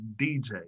dj